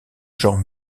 genre